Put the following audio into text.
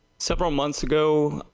several months ago,